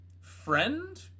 friend